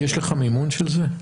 יש לך מימון של זה?